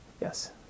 yes